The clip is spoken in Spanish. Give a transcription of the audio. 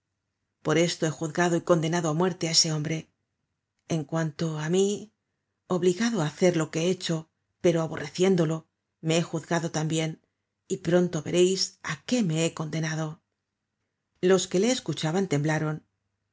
por esto he juzgado y condenado á muerte á esc hombre en cuanto á mí obligado á hacer lo que he hecho pero aborreciéndolo me he juzgado tambien y pronto vereis á qué me he condenado los que le escuchaban temblaron